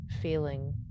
feeling